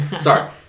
Sorry